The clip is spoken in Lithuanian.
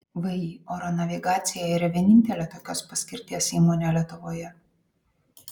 vį oro navigacija yra vienintelė tokios paskirties įmonė lietuvoje